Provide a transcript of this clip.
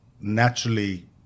naturally